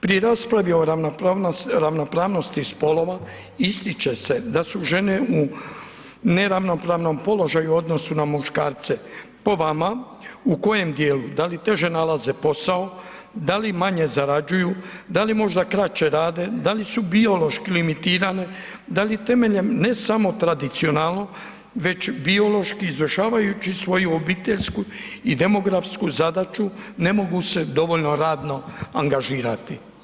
Pri raspravi o ravnopravnosti spolova, ističe se da su žene su neravnopravnom položaju u odnosu na muškarce, po vama, u kojem djelu, da li teže nalaze posao, da li manje zarađuju, da li možda kraće rade, da li su biološki limitirane, da li temeljem ne samo tradicionalno već biološki izvršavajući svoju obiteljsku i demografsku zadaću ne mogu se dovoljno radno angažirati?